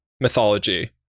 mythology